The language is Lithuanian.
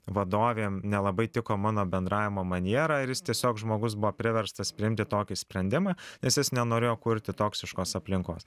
vadovėm nelabai tiko mano bendravimo maniera ir jis tiesiog žmogus buvo priverstas priimti tokį sprendimą nes jis nenorėjo kurti toksiškos aplinkos